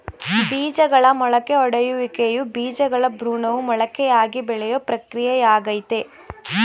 ಬೀಜಗಳ ಮೊಳಕೆಯೊಡೆಯುವಿಕೆಯು ಬೀಜಗಳ ಭ್ರೂಣವು ಮೊಳಕೆಯಾಗಿ ಬೆಳೆಯೋ ಪ್ರಕ್ರಿಯೆಯಾಗಯ್ತೆ